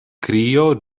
krio